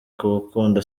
kubakunda